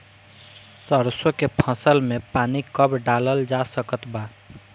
सरसों के फसल में पानी कब डालल जा सकत बा?